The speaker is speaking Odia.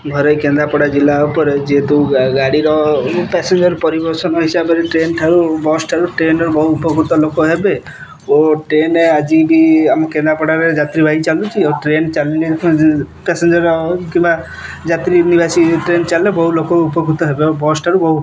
ଘରେ କେନ୍ଦ୍ରାପଡ଼ା ଜିଲ୍ଲା ଉପରେ ଯେହେତୁ ଗାଡ଼ିର ପାସେଞ୍ଜର ପରିବହନ ହିସାବରେ ଟ୍ରେନ୍ ଠାରୁ ବସ୍ ଠାରୁ ଟ୍ରେନ୍ରୁ ବହୁ ଉପକୃତ ଲୋକ ହେବେ ଓ ଟ୍ରେନ୍ରେ ଆଜି ବି ଆମ କେନ୍ଦ୍ରାପଡ଼ାରେ ଯାତ୍ରୀବାହୀ ଚାଲୁଛି ଓ ଟ୍ରେନ୍ ଚାଲିଲେ ପାସେଞ୍ଜର କିମ୍ବା ଯାତ୍ରୀନିବାସୀ ଟ୍ରେନ୍ ଚାଲିଲେ ବହୁତ ଲୋକ ଉପକୃତ ହେବେ ଆଉ ବସ୍ ଠାରୁ ବହୁ